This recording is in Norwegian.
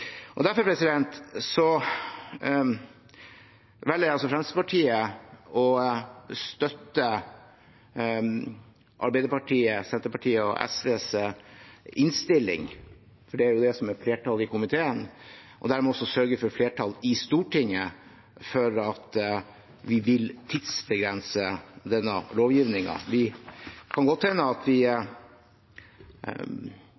Derfor velger Fremskrittspartiet å støtte Arbeiderpartiet, Senterpartiet og SV i innstillingen, for det er jo det som er flertallet i komiteen, og dermed også sørge for flertall i Stortinget for at vi vil tidsbegrense denne lovgivningen. Det kan godt hende at vi